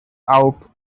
out